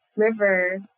river